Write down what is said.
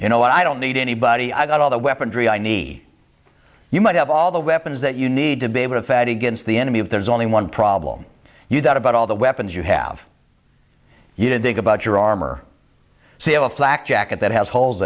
you know i don't need anybody i've got all the weaponry i need you might have all the weapons that you need to be able to fat against the enemy if there's only one problem you thought about all the weapons you have you did think about your armor see a flak jacket that has holes